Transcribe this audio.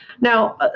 Now